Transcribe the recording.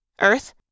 Earth